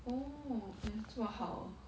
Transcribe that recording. oh eh 这么好 orh